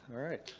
alright.